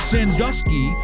Sandusky